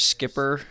Skipper